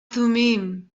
thummim